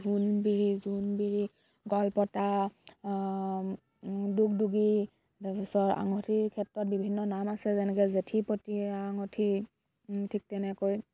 ঢোলবিৰি জোনবিৰি গলপতা দুগদুগী তাৰ পিছত আঙুঠিৰ ক্ষেত্ৰত বিভিন্ন নাম আছে যেনেকৈ জেঠীপতীয়া আঙুঠি ঠিক তেনেকৈ